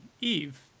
Eve